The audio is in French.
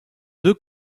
deux